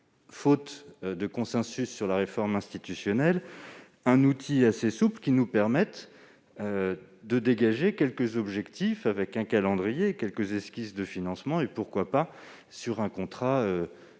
faute de consensus sur la réforme institutionnelle, un outil assez souple qui nous permette de dégager quelques objectifs, un calendrier, des pistes de financement, et pourquoi pas un contrat régional